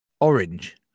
Orange